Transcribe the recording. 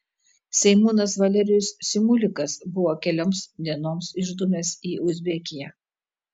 seimūnas valerijus simulikas buvo kelioms dienoms išdūmęs į uzbekiją